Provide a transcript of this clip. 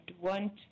want